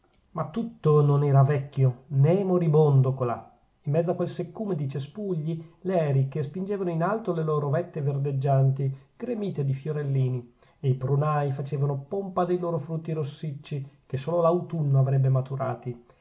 ma tutto non era vecchio nè moribondo colà in mezzo a quel seccume di cespugli le eriche spingevano in alto le loro vette verdeggianti gremite di fiorellini e i prunai facevano pompa dei loro frutti rossicci che solo l'autunno avrebbe maturati